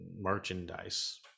merchandise